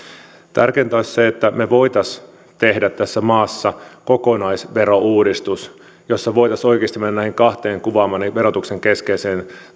tärkeintä olisi se että me voisimme tehdä tässä maassa kokonaisverouudistuksen jossa voisimme oikeasti mennä näiden kahden kuvaamani verotuksen keskeistä